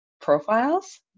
profiles